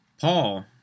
Paul